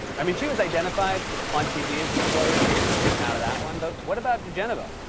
i mean she was identified on tv as his lawyer. so there's no getting out of that one. but what about digenova?